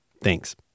Thanks